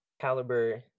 caliber